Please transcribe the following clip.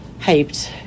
hyped